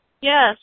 Yes